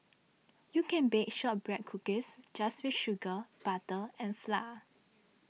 you can bake Shortbread Cookies just with sugar butter and flour